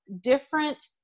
different